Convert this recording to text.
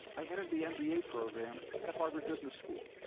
i entered the mba program at harvard business school.